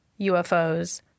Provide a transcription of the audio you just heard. UFOs